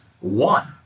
One